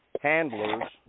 handlers